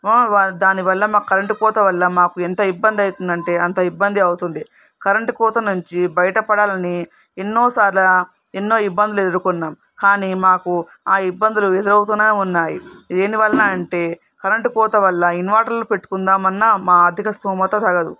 దాని వల్ల మాకు కరెంటు కోత వల్ల మాకు ఎంత ఇబ్బంది అవుతుందంటే అంత ఇబ్బంది అవుతుంది కరెంటు కోత నుంచి బయటపడాలని ఎన్నోసార్లు ఎన్నో ఇబ్బందులు ఎదుర్కొన్నాము కానీ మాకు ఆ ఇబ్బందులు ఎదురవుతూనే ఉన్నాయి దేని వలన అంటే కరెంటు కోత వల్ల ఇన్వెర్టర్లు పెట్టుకుందాము అన్నా మా ఆర్ధిక స్థోమత తగదు